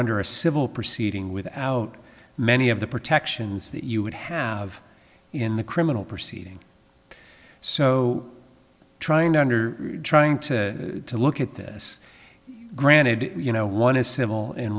under a civil proceeding without many of the protections that you would have in the criminal proceeding so trying to under trying to look at this granted you know one is civil in